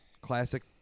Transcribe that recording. classic